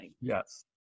Yes